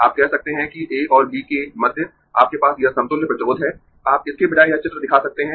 आप कह सकते है कि A और B के मध्य आपके पास यह समतुल्य प्रतिरोध है आप इसके बजाय यह चित्र दिखा सकते है